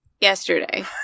yesterday